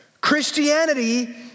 Christianity